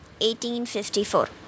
1854